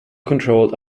controlled